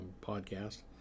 podcast